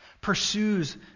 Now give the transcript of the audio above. Pursues